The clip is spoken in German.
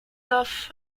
dorf